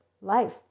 life